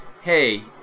hey